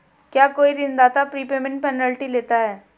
क्या कोई ऋणदाता प्रीपेमेंट पेनल्टी लेता है?